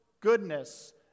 goodness